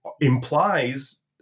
implies